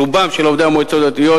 רובם של עובדי המועצות הדתיות,